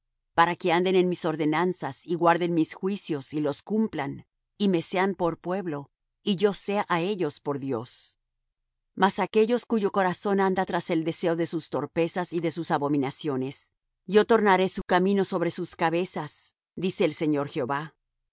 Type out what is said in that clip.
para que anden en mis ordenanzas y guarden mis juicios y los cumplan y me sean por pueblo y yo sea á ellos por dios mas á aquellos cuyo corazón anda tras el deseo de sus torpezas y de sus abominaciones yo tornaré su camino sobre sus cabezas dice el señor jehová después alzaron los